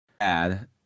add